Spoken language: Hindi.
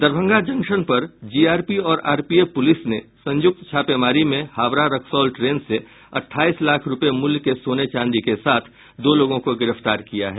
दरभंगा जंक्शन पर जीआरपी और आरपीएफ पुलिस ने संयुक्त छापेमारी में हावड़ा रक्सौल ट्रेन से अठाईस लाख रूपये मूल्य के सोने चांदी के साथ दो लोगों को गिरफ्तार किया है